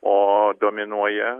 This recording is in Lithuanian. o dominuoja